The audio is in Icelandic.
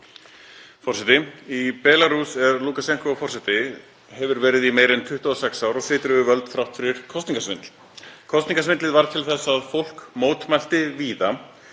Í Belarús er Lúkasjenkó forseti og hefur verið í meira en 26 ár og situr við völd þrátt fyrir kosningasvindl. Kosningasvindlið varð til þess að fólk mótmælti víða.